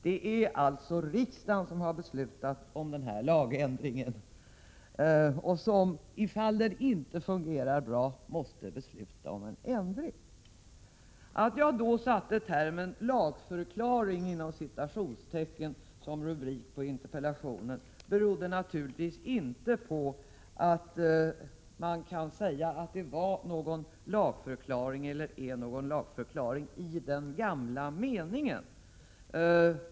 Det är alltså riksdagen som har beslutat om den lagändring min fråga gäller och som, ifall lagen inte fungerar bra, måste fatta ett nytt beslut. Att jag i detta sammanhang har använt termen ”lagförklaring” beror naturligtvis inte på att man kan säga att det rör sig om en lagförklaring i ordets tidigare mening.